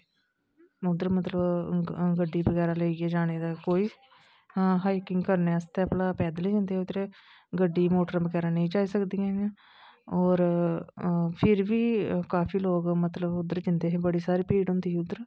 उद्धर मतलब गड्डी बैगरा लेइयै जाने दा कोई हाइकिंग करने आस्तै भला पैदल ही जंदे उद्धर गड्डी मोटर बगैरा नेईं जाई सकदियां हियां और फिर बी काफी लोक मतलब उद्धर जंदे हैै बड़ी सारी भीड़ होंदी ही उद्धर